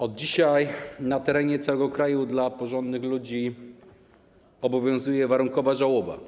Od dzisiaj na terenie całego kraju porządnych ludzi obowiązuje warunkowa żałoba.